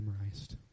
memorized